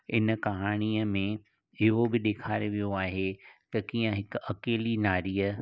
इन कहाणीअ में इहो बि ॾेखारे वियो आहे त कीअं हिक अकेली नारीअ